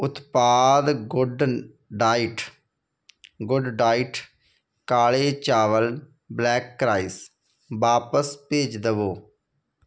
ਉਤਪਾਦ good diet good diet ਕਾਲੇ ਚਾਵਲ ਬਲੈਕ ਰਾਈਸ ਵਾਪਸ ਭੇਜ ਦਵੋ